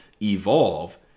evolve